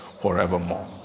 forevermore